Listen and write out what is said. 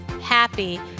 happy